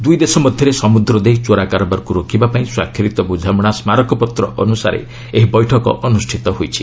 ଦୁଇ ଦେଶ ମଧ୍ୟରେ ସମୁଦ୍ର ଦେଇ ଚୋରା କାରବାରକୁ ରୋକିବା ପାଇଁ ସ୍ୱାକ୍ଷରିତ ବୁଝାମଣା ସ୍କାରକ ପତ୍ର ଅନୁସାରେ ଏହି ବୈଠକ ଅନୁଷ୍ଠିତ ହୋଇଛି